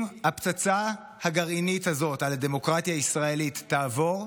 אם הפצצה הגרעינית הזו על הדמוקרטיה הישראלית תעבור,